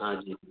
हाँ जी